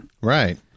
Right